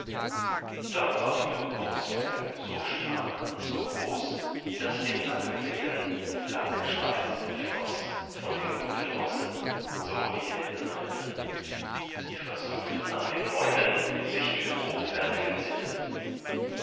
da ward ihre kurzweil so stark und so groß daß den satteldecken der blanke schweiß entfloß von den guten rossen so die helden ritten sie versuchten an den heunen sich mit hochfärtgen sitten